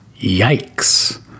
Yikes